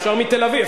אפשר מתל-אביב,